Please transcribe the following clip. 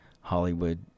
Hollywood